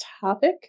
topic